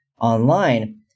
online